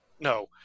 no